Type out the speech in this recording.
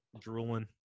drooling